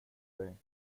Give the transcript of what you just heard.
dig